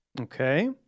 Okay